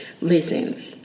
Listen